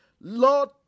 Lord